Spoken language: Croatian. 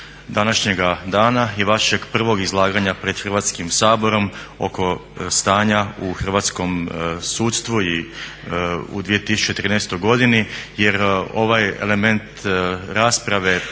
današnjega dana i vašeg prvog izlaganja pred Hrvatskim saborom oko stanja u hrvatskom sudstvu i u 2013.godini jer ovaj element rasprave